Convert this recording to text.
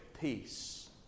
peace